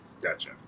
Gotcha